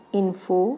info